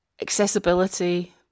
accessibility